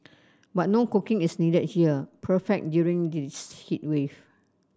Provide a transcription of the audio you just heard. but no cooking is needed here perfect during this heat wave